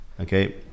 Okay